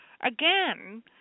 again